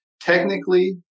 Technically